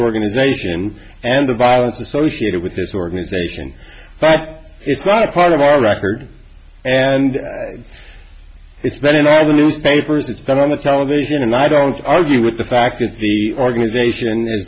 organization and the violence associated with this organization but it's not a part of our record and it's been in all the newspapers it's been on the television and i don't argue with the fact that the organization